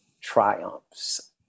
triumphs